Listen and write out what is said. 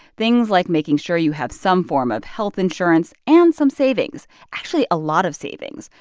things like making sure you have some form of health insurance and some savings actually, a lot of savings,